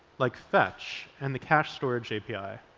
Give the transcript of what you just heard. like fetch, and the cache storage api.